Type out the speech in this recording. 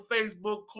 Facebook